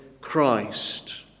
Christ